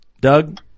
Doug